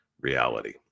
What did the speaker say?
reality